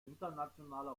internationale